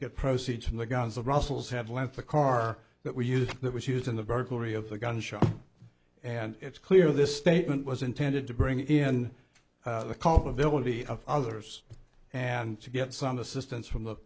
get proceeds from the guns of brussels have left the car that we used that was used in the burglary of the gun shop and it's clear this statement was intended to bring in the culpability of others and to get some assistance from the